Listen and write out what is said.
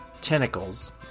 tentacles